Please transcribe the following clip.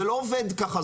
זה לא עובד ככה,